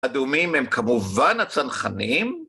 הדומים הם כמובן הצנחנים